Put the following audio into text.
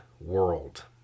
world